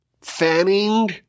fanning